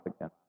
again